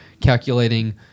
calculating